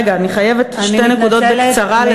רגע, אני חייבת שתי נקודות בקצרה.